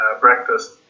breakfast